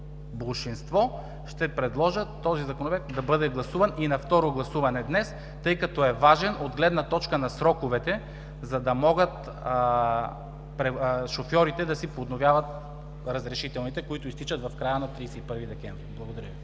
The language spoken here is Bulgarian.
болшинство, този Законопроект да бъде гласуван и на второ гласуване днес, тъй като е важен от гледна точка на сроковете, за да могат шофьорите да си подновяват разрешителните, които изтичат в края на 31 декември. Благодаря Ви.